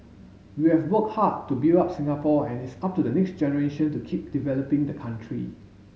we have worked hard to build up Singapore and it's up to the next generation to keep developing the country